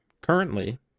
currently